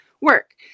work